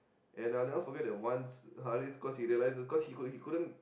and I never forget that once Harrith cause he realize cause he he couldn't